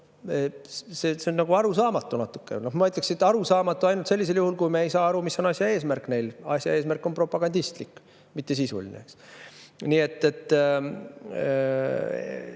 see on nagu arusaamatu natukene. Ma ütleks, et [see on] arusaamatu ainult sellisel juhul, kui me ei saa aru, mis on neil asja eesmärk. Asja eesmärk on propagandistlik, mitte sisuline. See ei